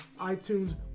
iTunes